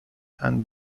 and